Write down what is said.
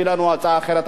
יביא לנו הצעה אחרת,